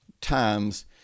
times